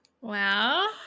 Wow